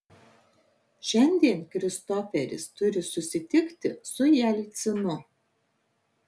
šiandien kristoferis turi susitikti su jelcinu